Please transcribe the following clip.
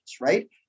right